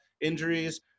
injuries